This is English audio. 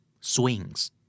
Swings